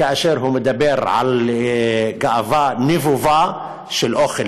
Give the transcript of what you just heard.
כאשר הוא מדבר על גאווה נבובה של אוכל,